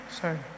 sorry